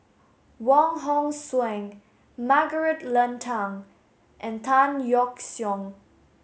Wong Hong Suen Margaret Leng Tan and Tan Yeok Seong